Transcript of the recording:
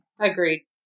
Agreed